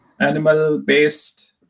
animal-based